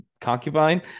concubine